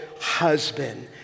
husband